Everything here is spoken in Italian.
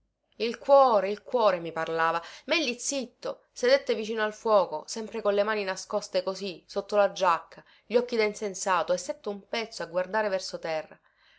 il cuore il cuore mi parlava ma egli zitto sedette vicino al fuoco sempre con le mani nascoste così sotto la giaccia gli occhi da insensato e stette un pezzo a guardare verso terra